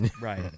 right